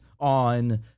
on